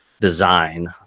design